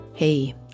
Hey